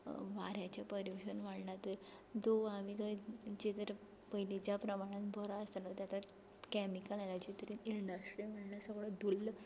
वाऱ्याचें pollution वाडलां त दंव आमी थंय जे दर पयलीच्या प्रमाणान बरो आसतालो तो आतां कॅमिकल एनर्जी तरी इंडस्ट्री म्हळ्ळ्या सगळो धुल्ल